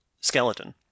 skeleton